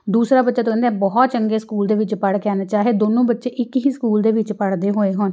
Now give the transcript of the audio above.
ਦੂਸਰਾ ਬੱਚਾ ਤਾਂ ਕਹਿੰਦੇ ਆ ਬਹੁਤ ਚੰਗੇ ਸਕੂਲ ਦੇ ਵਿੱਚ ਪੜ੍ਹ ਕੇ ਆਉਂਦੇ ਚਾਹੇ ਦੋਨੋਂ ਬੱਚੇ ਇੱਕ ਹੀ ਸਕੂਲ ਦੇ ਵਿੱਚ ਪੜ੍ਹਦੇ ਹੋਏ ਹੋਣ